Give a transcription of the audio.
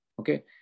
Okay